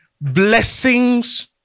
blessings